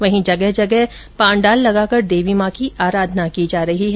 वहीं जगह जगह पाण्डाल लगाकर देवी माँ की आराधाना की जा रही है